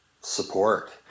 support